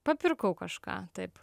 papirkau kažką taip